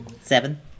Seven